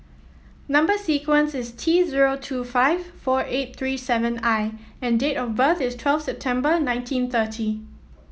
number sequence is T zero two five four eight three seven I and date of birth is twelve September nineteen thirty